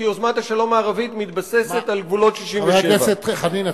כי יוזמת השלום הערבית מתבססת על גבולות 67'. חבר הכנסת חנין,